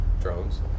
drones